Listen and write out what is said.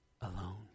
alone